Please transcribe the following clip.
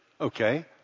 Okay